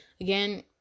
again